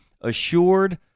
assured